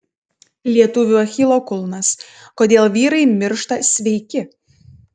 lietuvių achilo kulnas kodėl vyrai miršta sveiki